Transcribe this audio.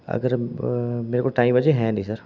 ਅਗਰ ਮੇਰੇ ਕੋਲ ਟਾਈਮ ਹਜੇ ਹੈ ਨਹੀਂ ਸਰ